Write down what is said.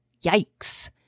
yikes